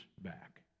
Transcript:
back